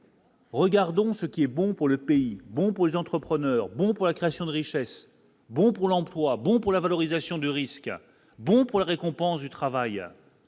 Regardons ce qui est bon pour le pays, bon pour les entrepreneurs, bon pour la création de richesses, bon pour l'emploi, bon pour la valorisation de risques, bon pour la récompense du travail.